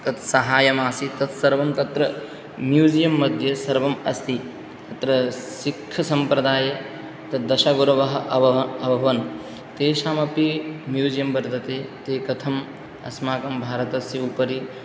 तत् सहायम् आसीत् तत् सर्वं तत्र म्यूज़ियं मध्ये सर्वम् अस्ति तत्र सिख् सम्प्रदाये तद् दशगुरवः अभवः अभवन् तेषामपि म्यूज़ियं वर्तते ते कथम् अस्माकं भारतस्य उपरि